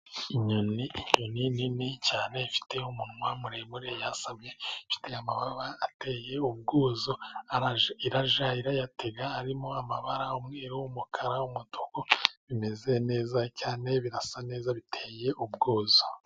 Inyoni, inyoni nini cyane ifite umunwa muremure yasamye. Ifite amababa ateye ubwuzu iri kujya iyatega arimo amabara umweru, n'umukara, umutuku bimeze neza cyane birasa neza biteye ubwuzu.